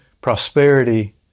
prosperity